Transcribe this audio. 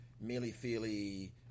mealy-feely